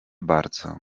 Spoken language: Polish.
bardzo